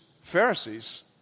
Pharisees